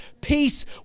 peace